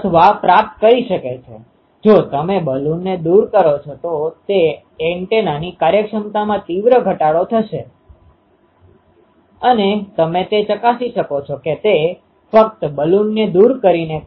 તેથી હું આ જ આકૃતિ અહી દોરું છુ એટલે કે આ કો ઓર્ડીનેટ ઓરીજીનoriginઉદ્ભવ છે ચાલો હું આને બિંદુ P કહું છુ